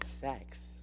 sex